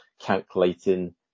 calculating